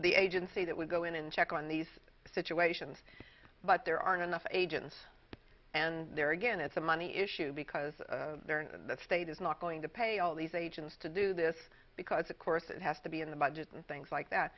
the agency that would go in and check on these situations but there aren't enough agents and there again it's a money issue because the state is not going to pay all these agents to do this because of course it has to be in the budget and things like that